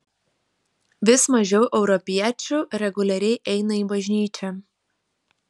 vis mažiau europiečių reguliariai eina į bažnyčią